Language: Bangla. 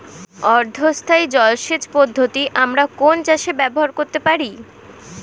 অর্ধ স্থায়ী জলসেচ পদ্ধতি আমরা কোন চাষে ব্যবহার করতে পারি?